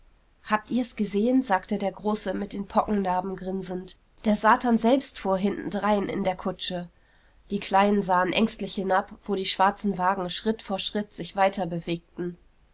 habt ihr's gesehen sagte der große mit den pockennarben grinsend der satan selbst fuhr hinterdrein in der kutsche die kleinen sahen ängstlich hinab wo die schwarzen wagen schritt vor schritt sich weiter bewegten